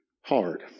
hard